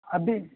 अभी